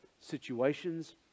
situations